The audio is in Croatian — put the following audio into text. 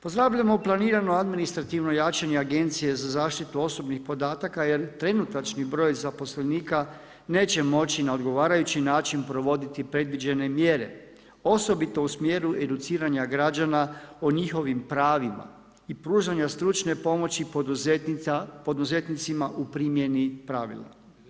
Pozdravljamo planirano administrativno jačanje agencije za zaštitu osobnih podataka jer trenutačni broj zaposlenika neće moći na odgovarajući način provoditi predviđene mjere osobito u smjeru educiranja građana o njihovim pravima i pružanja stručne pomoći poduzetnicima u primjeni pravila.